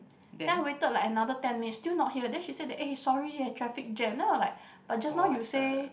then I waited like another ten minutes still not here then she said that eh sorry eh traffic jam then I'm like but just now you say